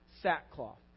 sackcloth